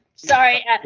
Sorry